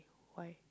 why